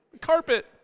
Carpet